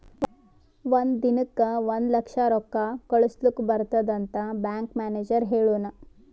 ಒಂದ್ ದಿನಕ್ ಒಂದ್ ಲಕ್ಷ ರೊಕ್ಕಾ ಕಳುಸ್ಲಕ್ ಬರ್ತುದ್ ಅಂತ್ ಬ್ಯಾಂಕ್ ಮ್ಯಾನೇಜರ್ ಹೆಳುನ್